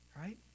Right